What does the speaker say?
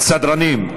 סדרנים.